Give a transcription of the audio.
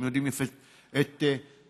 הם יודעים יפה את עבודתם.